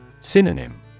Synonym